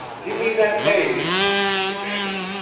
give me that baby! she demanded.